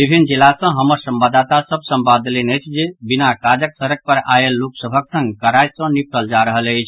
विभिन्न जिला सँ हमर संवाददाता सभ संवाद देलनि अछि जे बिना काजक सड़क पर आयल लोक सभक संग कड़ाई सँ निपटल जा रहल अछि